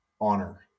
honor